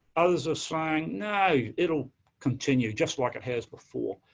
others are saying, no, it'll continue just like it has before.